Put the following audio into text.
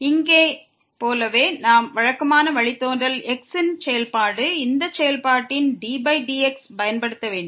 இங்கே போலவே நாம் வழக்கமான வழித்தோன்றல் x ன் செயல்பாடு இந்த செயல்பாட்டின் ddx பயன்படுத்தவேண்டும்